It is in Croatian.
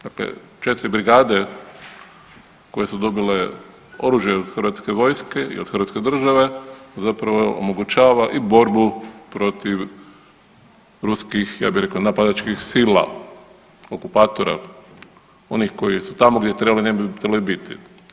Dakle, 4 brigade koje su dobile oružje od Hrvatske vojske i od Hrvatske države zapravo omogućava i borbu protiv ruskih, ja bih rekao napadačkih sila, okupatora, onih koji su tamo gdje ne bi trebali biti.